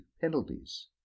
penalties